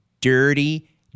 dirty